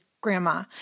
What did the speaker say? grandma